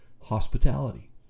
hospitality